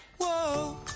whoa